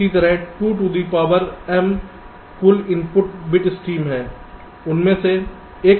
इसी तरह 2 to the से पॉवर m कुल इनपुट बिट स्ट्रीम है उनमें से एक अच्छा है